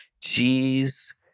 cheese